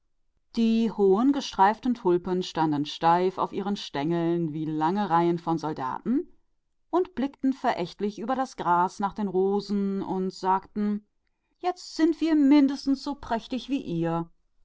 die großen gestreiften tulpen standen starr aufgerichtet auf ihren stengeln langen reihen von soldaten gleich und sie sahen herausfordernd durch den garten auf die rosen und sagten wir sind letzt genauso schön wie ihr